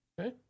Okay